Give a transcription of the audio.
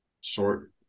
short